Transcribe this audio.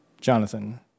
Jonathan